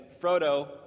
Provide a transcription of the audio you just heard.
Frodo